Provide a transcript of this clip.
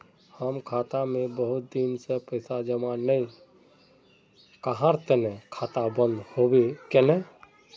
हम खाता में बहुत दिन से पैसा जमा नय कहार तने खाता बंद होबे केने?